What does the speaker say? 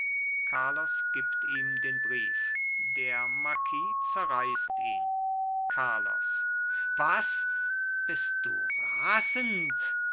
carlos gibt ihm den brief der marquis zerreißt ihn carlos was bist du rasend